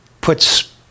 puts